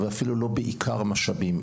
ואפילו לא בעיקר המשאבים.